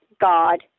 God